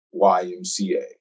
YMCA